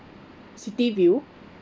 city view